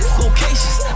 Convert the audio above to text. locations